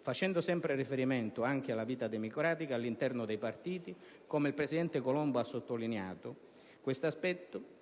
Facendo sempre riferimento anche alla vita democratica all'interno dei partiti, il presidente Colombo ha sottolineato questo aspetto: